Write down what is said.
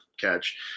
catch